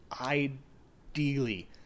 ideally